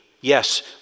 Yes